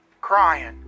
crying